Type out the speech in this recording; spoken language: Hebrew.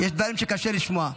יש דברים שקשה לשמוע.